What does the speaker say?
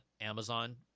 Amazon